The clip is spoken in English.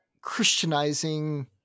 Christianizing